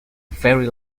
very